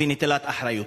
ונטילת אחריות.